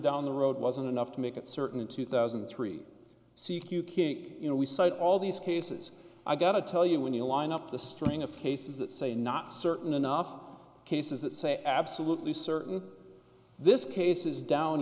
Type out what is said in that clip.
down the road wasn't enough to make it certain in two thousand and three c q kink you know we cite all these cases i got to tell you when you line up the string of cases that say not certain enough cases that say absolutely certain this case is down